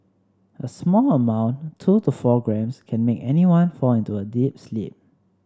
a small amount two to four grams can make anyone fall into a deep sleep